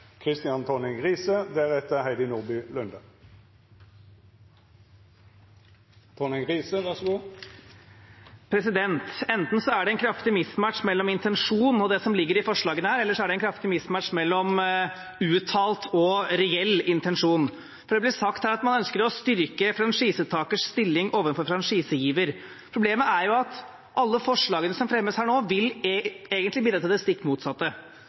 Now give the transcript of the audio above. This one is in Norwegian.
Enten er det en kraftig mismatch mellom intensjon og det som ligger i forslagene her, eller det er en kraftig mismatch mellom uttalt og reell intensjon. Det blir sagt at man ønsker å styrke franchisetakers stilling overfor franchisegiver. Problemet er jo at alle forslagene som nå fremmes, egentlig vil bidra til det stikk motsatte.